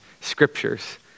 scriptures